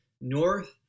North